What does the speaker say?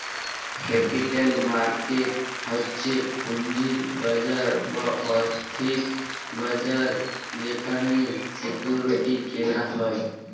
capital market হচ্ছে পুঁজির বাজার বা আর্থিক বাজার যেখানে সিকিউরিটি কেনা হয়